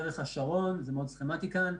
השרון זה מאוד סכמתי כאן,